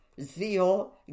zeal